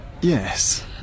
Yes